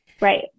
Right